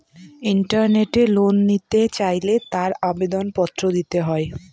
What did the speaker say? ইন্টারনেটে লোন নিতে চাইলে তার আবেদন পত্র দিতে হয়